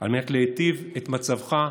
על מנת להיטיב את מצבך כחשוד.